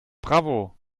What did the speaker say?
bravo